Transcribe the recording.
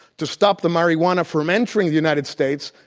to stop the marijuana from entering the united states,